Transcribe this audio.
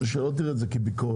שלא תראה את זה כביקורת,